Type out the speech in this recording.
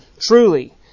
Truly